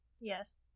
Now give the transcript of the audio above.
Yes